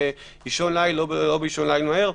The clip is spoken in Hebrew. באישון ליל או לא באישון ליל מהר.